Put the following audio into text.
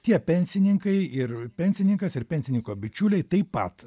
tie pensininkai ir pensininkas ir pensininko bičiuliai taip pat